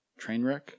Trainwreck